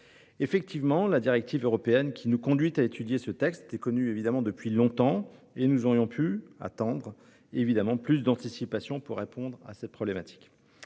En effet, la directive européenne qui nous conduit à étudier ce texte était connue depuis longtemps et nous attendions de la part de l'État plus d'anticipation pour répondre à cette problématique.